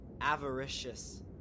avaricious